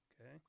Okay